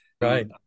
right